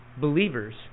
believers